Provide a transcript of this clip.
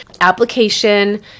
application